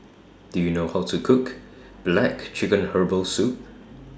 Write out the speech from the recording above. Do YOU know How to Cook Black Chicken Herbal Soup